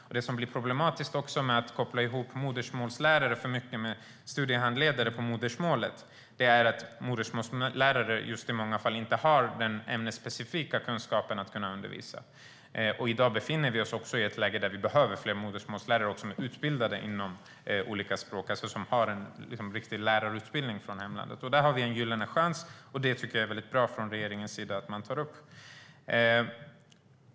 Det som också blir problematiskt med att alltför mycket koppla ihop modersmålslärare med studiehandledare på modersmålet är att modersmålslärare i många fall inte har den ämnesspecifika kunskapen för att kunna undervisa. I dag befinner vi oss också i ett läge då vi behöver fler modersmålslärare som också är utbildade inom olika språk, som har en riktig lärarutbildning från hemlandet. Där har vi en gyllene chans, och jag tycker att det är bra att regeringen tar upp det.